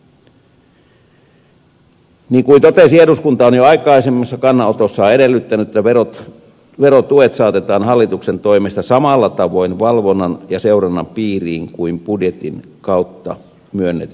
niin kuin totesin eduskunta on jo aikaisemmassa kannanotossaan edellyttänyt että verotuet saatetaan hallituksen toimesta samalla tavoin valvonnan ja seurannan piiriin kuin budjetin kautta myönnetyt määrärahat